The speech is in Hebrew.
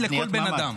ממ"ד לכל בן אדם.